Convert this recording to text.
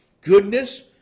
goodness